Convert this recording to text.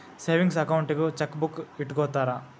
savings ಅಕೌಂಟಿಗೂ chequebook ಇಟ್ಟ್ಕೊತ್ತರ